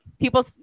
people